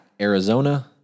Arizona